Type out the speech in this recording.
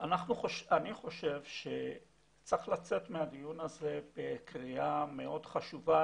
אני חושב שמהדיון הזה צריכה לצאת קריאה מאוד חשובה,